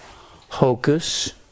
hocus